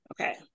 Okay